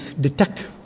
detect